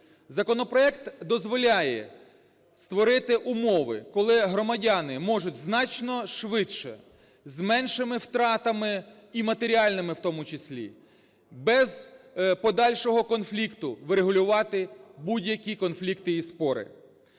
Законопроект дозволяє створити умови, коли громадяни можуть значно швидше з меншими втратами і матеріальними у тому числі, без подальшого конфлікту врегулювати будь-які конфлікти і спори.